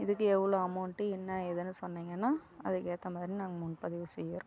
இதுக்கு எவ்வளோ அமௌண்ட்டு என்ன ஏதுன்னு சொன்னிங்கன்னா அதுக்கு ஏற்ற மாதிரி நாங்கள் முன்பதிவு செய்யறோம்